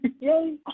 Yay